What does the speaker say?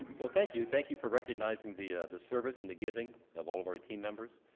well thank you, thank you for recognizing the the service and the giving of all of our team members.